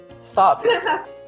Stop